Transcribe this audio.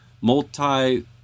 multi